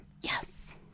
Yes